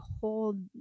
hold